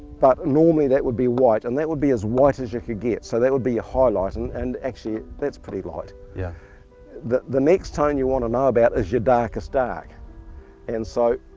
but normally that would be white, and that would be as white as you could get. so that would be your highlight, and and actually, that's pretty light. yeah the the next tone you want to know about is your darkest dark and so,